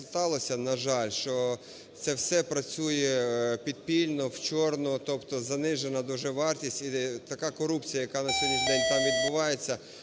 сталося, на жаль, що це все працює підпільно, в чорну, тобто занижена дуже вартість, і така корупція, яка на сьогоднішній день там відбувається,